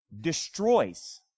destroys